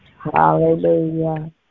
Hallelujah